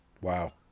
Wow